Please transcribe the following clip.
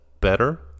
better